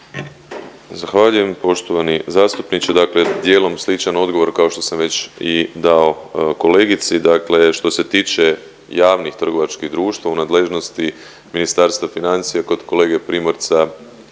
Zahvaljujem. Poštovani zastupniče, dakle dijelom sličan odgovor kao što sam već i dao kolegici. Dakle što se tiče javnih trgovačkih društava u nadležnosti Ministarstva financija, kod kolege Primorca